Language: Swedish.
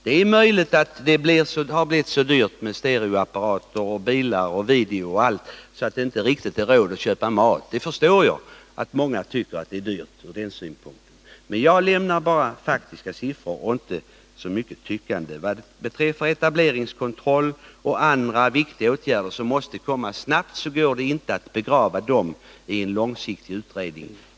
Det är möjligt att det blivit så dyrt med stereoapparater, bilar, video och allt sådant att man inte riktigt har råd att köpa mat — jag förstår att många tycker att det är dyrt ur den synvinkeln. Men jag lämnar bara faktiska siffror och kommer inte så mycket med tyckanden. Beträffande en etableringskontroll och andra viktiga åtgärder som måste komma snabbt vill jag säga att det inte går att begrava dem i en långsiktig utredning.